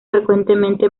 frecuentemente